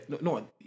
no